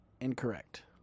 Incorrect